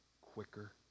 quicker